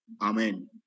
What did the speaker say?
Amen